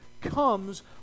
comes